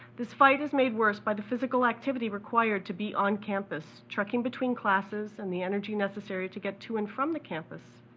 this fight is made worse by the physical activity required to be on campus, trucking between classes and the energy necessary to get to and from the campus.